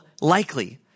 likely